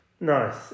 Nice